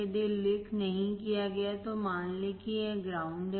यदि उल्लेख नहीं किया गया है तो मान लें कि यह ग्राउंड है